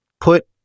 put